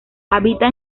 habita